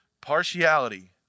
partiality